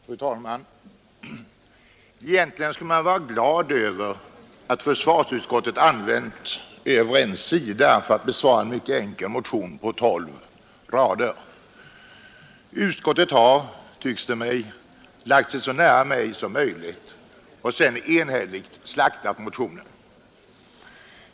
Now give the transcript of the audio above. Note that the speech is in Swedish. Fru talman! Egentligen skulle jag väl vara glad för att försvarsutskottet har använt mer än en sida för att behandla en mycket enkel motion på tolv rader. Utskottet har, tycks det mig, lagt betänkandet så nära min motion som möjligt — och sedan enhälligt ”slaktat” densamma.